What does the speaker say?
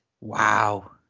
wow